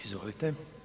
Izvolite.